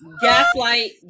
gaslight